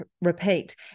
repeat